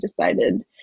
decided